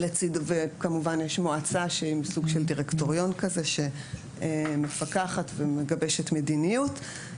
כמובן יש מועצה שהיא סוג של דירקטוריון כזה שמפקחת ומגבשת מדיניות.